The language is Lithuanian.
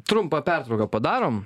trumpą pertrauką padarom